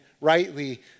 rightly